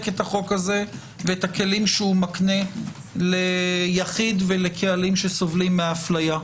את החוק הזה ואת הכלים שמקנה ליחיד ולקהלים שסובלים מאפליה.